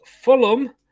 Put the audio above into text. Fulham